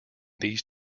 these